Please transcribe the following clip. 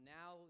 now